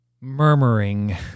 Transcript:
Murmuring